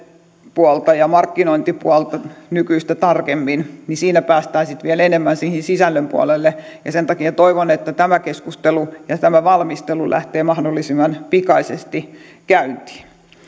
tuotepuolta ja markkinointipuolta nykyistä tarkemmin ja siinä päästään sitten vielä enemmän siihen sisällön puolelle sen takia toivon että tämä keskustelu ja tämä valmistelu lähtee mahdollisimman pikaisesti käyntiin